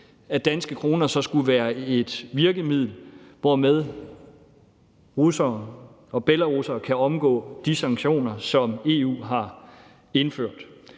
fuldstændig, så skulle være et virkemiddel, hvormed russere og belarusere kan omgå de sanktioner, som EU har indført,